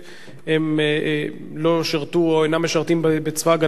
לא שירתו או אינם משרתים בצבא-הגנה לישראל.